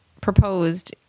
proposed